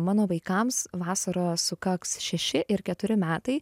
mano vaikams vasarą sukaks šeši ir keturi metai